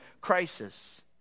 crisis